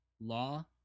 law